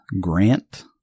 Grant